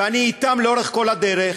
ואני אתם לאורך כל הדרך,